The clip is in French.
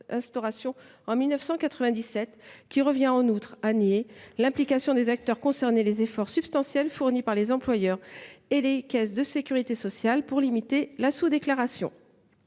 tendance revient à nier l’implication des acteurs concernés et les efforts substantiels fournis par les employeurs et par les caisses de sécurité sociale pour limiter la sous déclaration.